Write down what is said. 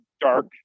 dark